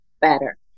better